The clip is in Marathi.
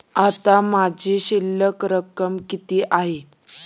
आता माझी शिल्लक रक्कम किती आहे?